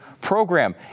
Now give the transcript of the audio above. program